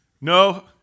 no